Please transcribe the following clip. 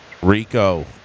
Rico